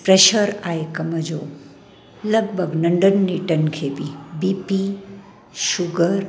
pressure आहे कमु जो लॻभॻि नंढनि निडनि खे बि बीपी शुगर